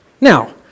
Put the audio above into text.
Now